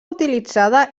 utilitzada